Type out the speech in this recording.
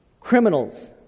criminals